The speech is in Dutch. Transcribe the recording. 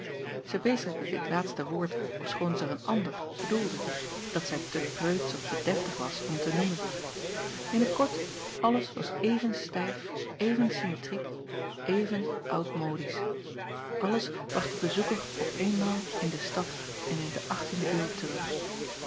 zij bezigde dit laatste woord ofschoon zij er een ander bedoelde dat zij te preutsch of te deftig was om te noemen n t kort alles was even stijf even symmetriek even oudmodisch alles bracht den bezoeker op eenmaal in de stad acob van ennep laasje evenster delen en in de achttiende eeuw terug